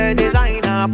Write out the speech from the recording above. designer